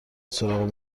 سراغ